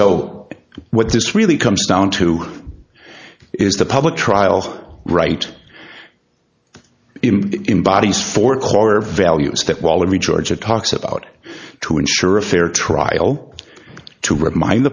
so what this really comes down to is the public trial right embodies for color values that wallaby georgia talks about to ensure a fair trial to remind